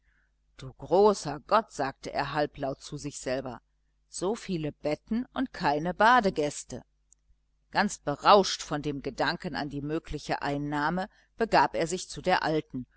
du großer gott sagte er halblaut zu sich selber so viele betten und keine badegäste ganz berauscht von dem gedanken an die mögliche einnahme begab er sich zu der alten